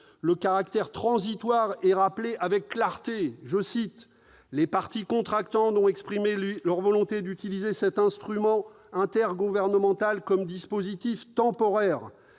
le caractère transitoire est rappelé avec clarté :« Les parties contractantes ont exprimé leur volonté d'utiliser cet instrument intergouvernemental comme dispositif temporaire.